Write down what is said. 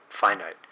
finite